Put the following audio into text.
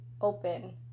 open